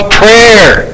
prayer